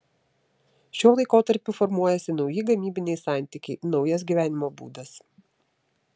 šiuo laikotarpiu formuojasi nauji gamybiniai santykiai naujas gyvenimo būdas